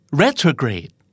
retrograde